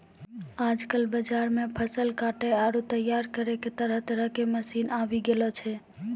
आजकल बाजार मॅ फसल काटै आरो तैयार करै के तरह तरह के मशीन आबी गेलो छै